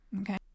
Okay